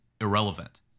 irrelevant